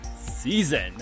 Season